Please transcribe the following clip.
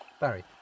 Barry